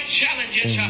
challenges